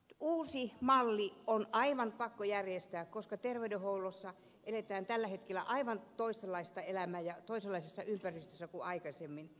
uusi malli on aivan pakko järjestää koska terveydenhuollossa eletään tällä hetkellä aivan toisenlaista elämää ja toisenlaisessa ympäristössä kuin aikaisemmin